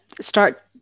start